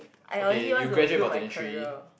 okay you graduate about twenty three